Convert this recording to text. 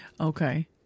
Okay